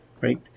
right